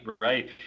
right